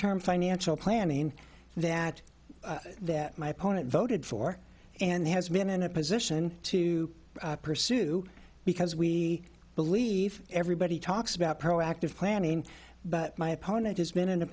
term financial planning that that my opponent voted for and has been in a position to pursue because we believe everybody talks about proactive planning but my opponent has been in a